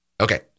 Okay